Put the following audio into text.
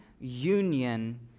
Union